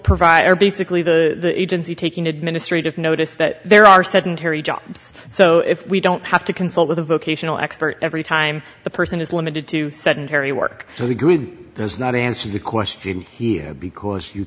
provide are basically the agency taking administrative notice that there are seven terry jobs so if we don't have to consult with a vocational expert every time the person is limited to sedentary work so he does not answer the question because you